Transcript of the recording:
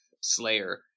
Slayer